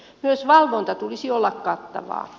myös valvonnan tulisi olla kattavaa